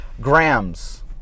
grams